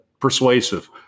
persuasive